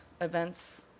events